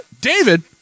David